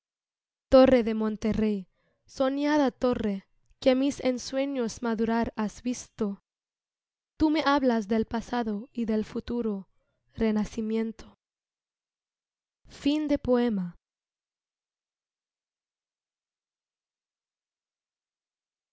torre de monterrey soñada torre que mis'ensueños madurar has visto tú me hablas del pasado y del futuro renacimiento